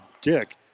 Dick